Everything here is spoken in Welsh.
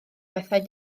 bethau